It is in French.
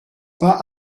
pas